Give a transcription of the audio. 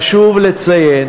חשוב לציין